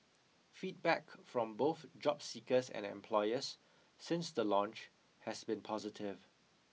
feedback from both job seekers and then employers since the launch has been positive